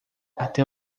até